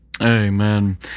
Amen